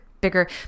bigger